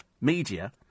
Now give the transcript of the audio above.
Media